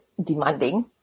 Demanding